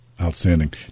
Outstanding